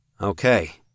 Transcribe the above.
Okay